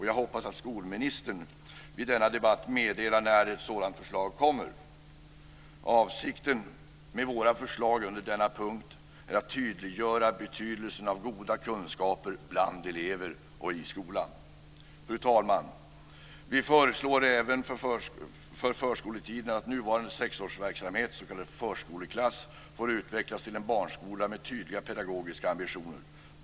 Jag hoppas att skolministern vid denna debatt meddelar när ett sådant förslag kommer. Avsikten med våra förslag under denna punkt är att tydliggöra betydelsen av goda kunskaper bland elever och i skolan. Fru talman! Vi föreslår även för förskoletiden att nuvarande sexårsverksamhet, s.k. förskoleklass, får utvecklas till en barnskola med tydliga pedagogiska ambitioner.